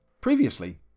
Previously